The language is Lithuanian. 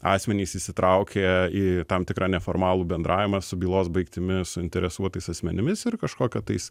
asmenys įsitraukė į tam tikrą neformalų bendravimą su bylos baigtimi suinteresuotais asmenimis ir kažkokio tais